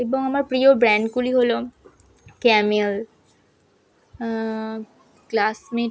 এবং আমার প্রিয় ব্র্যান্ডগুলি হল ক্যামেল ক্লাসমেট